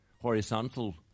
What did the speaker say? horizontal